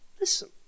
Listen